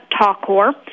Talkor